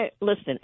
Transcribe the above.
Listen